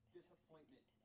disappointment